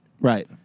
Right